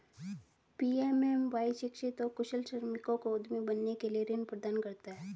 PMMY शिक्षित और कुशल श्रमिकों को उद्यमी बनने के लिए ऋण प्रदान करता है